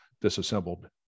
disassembled